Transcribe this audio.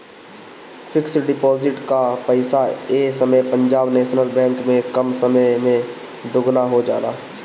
fix deposit कअ पईसा ए समय पंजाब नेशनल बैंक में कम समय में दुगुना हो जाला